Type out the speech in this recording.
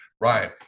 Right